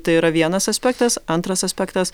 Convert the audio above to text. tai yra vienas aspektas antras aspektas